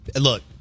Look